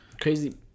Crazy